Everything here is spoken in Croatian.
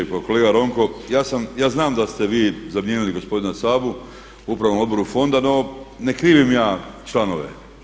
Pa kolega Ronko, ja znam da ste vi zamijenili gospodina Sabu u upravnom odboru fonda no ne krivim ja članove.